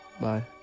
bye